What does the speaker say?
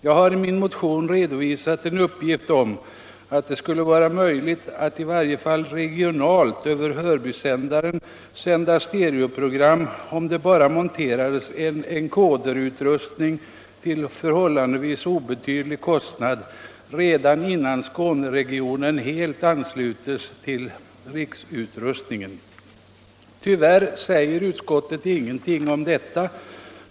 Jag har i min motion redovisat en uppgift om att det skulle vara möjligt att i varje fall regionalt över Hörbystationen sända stereoprogram, om det monterades en enkoderutrustning till förhållandevis obetydlig kostnad redan innan Skåneregionen helt ansluts till riksutrustningen. Tyvärr säger utskottet ingenting om detta.